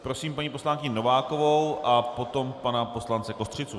Prosím paní poslankyni Novákovou a potom pana poslance Kostřicu.